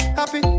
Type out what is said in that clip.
happy